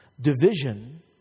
Division